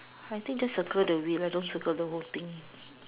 I think just circle the wheel lah don't circle the whole thing